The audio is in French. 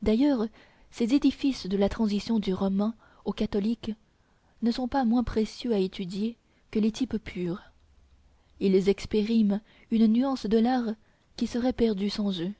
d'ailleurs ces édifices de la transition du roman au gothique ne sont pas moins précieux à étudier que les types purs ils expriment une nuance de l'art qui serait perdue sans eux